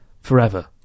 forever